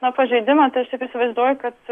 nu pažeidimą tai aš taip įsivaizduoju kad